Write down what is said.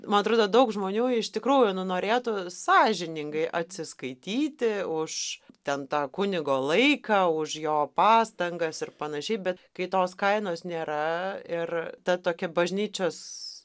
man atrodo daug žmonių iš tikrųjų nu norėtų sąžiningai atsiskaityti už ten tą kunigo laiką už jo pastangas ir panašiai bet kai tos kainos nėra ir ta tokia bažnyčios